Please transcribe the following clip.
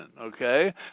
okay